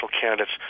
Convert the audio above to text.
candidates